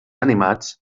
animats